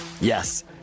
yes